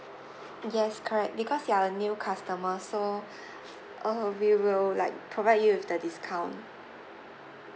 yes correct because you are a new customer so uh we will like provide you with the discount